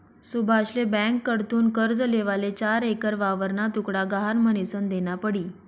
सुभाषले ब्यांककडथून कर्ज लेवाले चार एकर वावरना तुकडा गहाण म्हनीसन देना पडी